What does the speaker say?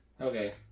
Okay